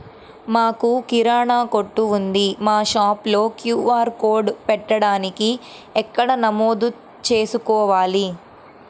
మాకు కిరాణా కొట్టు ఉంది మా షాప్లో క్యూ.ఆర్ కోడ్ పెట్టడానికి ఎక్కడ నమోదు చేసుకోవాలీ?